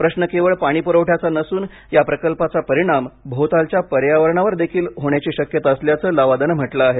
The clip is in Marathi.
प्रश्न केवळ पाणीपुरवठ्याचा नसून या प्रकल्पाचा परिणाम भोवतालच्या पर्यावरणावर देखील होण्याची शक्यता असल्याचं लवादाने म्हंटल आहे